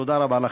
תודה רבה לכם.